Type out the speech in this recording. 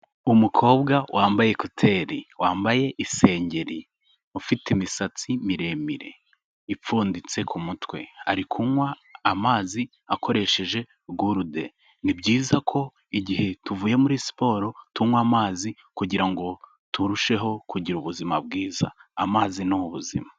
Umukobwa wambaye ekuteri, wambaye isengeri, ufite imisatsi miremire ipfunditse ku mutwe, ari kunywa amazi akoresheje gurude, ni byiza ko igihe tuvuye muri siporo tunywa amazi kugira ngo turusheho kugira ubuzima bwiza, amazi ni ubuzima.